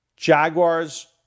Jaguars